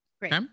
Great